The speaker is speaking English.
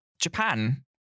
japan